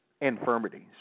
infirmities